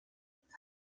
بنویسد